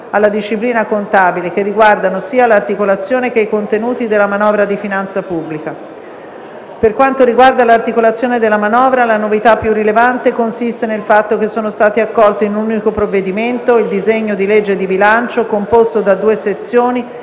alla disciplina contabile, che riguardano sia l'articolazione che i contenuti della manovra di finanza pubblica; per quanto riguarda l'articolazione della manovra, la novità più rilevante consiste nel fatto che sono stati accolti in un unico provvedimento (il disegno di legge di bilancio), composto da due sezioni,